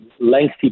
lengthy